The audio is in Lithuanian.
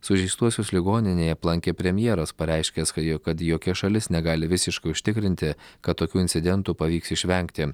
sužeistuosius ligoninėj aplankė premjeras pareiškęs kad jo kad jokia šalis negali visiškai užtikrinti kad tokių incidentų pavyks išvengti